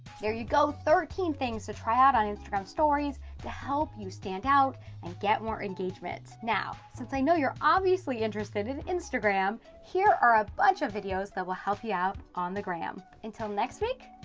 you go, thirteen things to try out on instagram stories to help you stand out and get more engagement. now since i know you're obviously interested in instagram here a bunch of videos that will help you out on the gram. until next week,